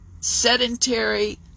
sedentary